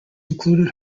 included